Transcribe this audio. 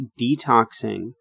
detoxing